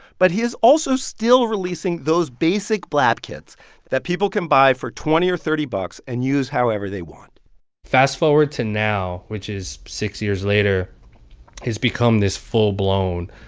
but he is also still releasing those basic blap kits that people can buy for twenty or thirty bucks and use however they want fast-forward to now, which is six years later has become this full-blown,